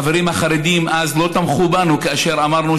החברים החרדים אז לא תמכו בנו כאשר אמרנו